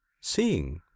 seeing